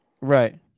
Right